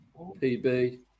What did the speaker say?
PB